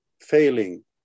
failing